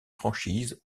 franchises